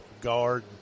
guard